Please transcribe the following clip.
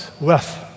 wealth